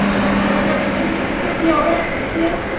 and let her know that everything is gonna be all right, but i can't.